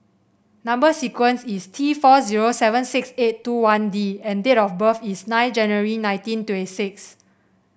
number sequence is T four zero seven six eight two one D and date of birth is nine January nineteen twenty six